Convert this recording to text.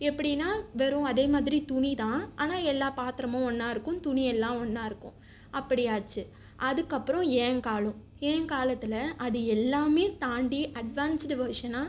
எப்படினா வெறும் அதே மாதிரி துணி தான் ஆனால் எல்லா பாத்திரமும் ஒன்றா இருக்கும் துணியெல்லாம் ஒன்றா இருக்கும் அப்படி ஆச்சு அதுக்கப்புறம் என் காலம் என் காலத்தில் அது எல்லாமே தாண்டி அட்வான்ஸ்டு வெர்சனா